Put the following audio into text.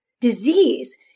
disease